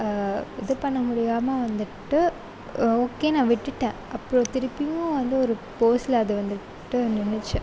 இது பண்ண முடியாம வந்துவிட்டு ஓகேன்னு நான் விட்டுட்டேன் அப்போ திருப்பியும் வந்து ஒரு போஸில் அது வந்துவிட்டு நின்றுச்சு